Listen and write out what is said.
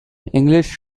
english